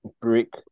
brick